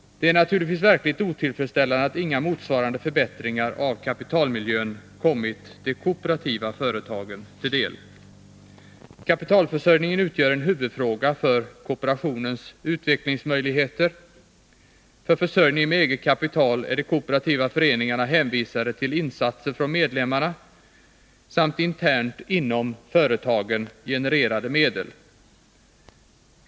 Det är naturligtvis verkligen otillfredsställande att inga motsvarande förbättringar av kapitalmiljön kommit de kooperativa företagen till del. Kapitalförsörjningen utgör en huvudfråga för kooperationens utvecklingsmöjligheter. För försörjning med eget kapital är de kooperativa föreningarna hänvisade till insatser från medlemmarna samt till internt inom företagen genererade medel.